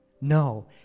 No